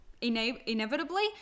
inevitably